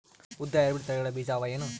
ಉದ್ದ ಹೈಬ್ರಿಡ್ ತಳಿಗಳ ಬೀಜ ಅವ ಏನು?